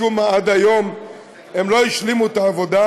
משום מה, עד היום הם לא השלימו את העבודה,